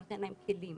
שנותן להם כלים.